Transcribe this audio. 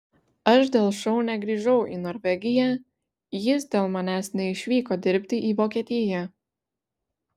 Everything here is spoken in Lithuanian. aš dėl šou negrįžau į norvegiją jis dėl manęs neišvyko dirbti į vokietiją